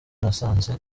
nasanze